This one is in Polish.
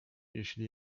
jeśli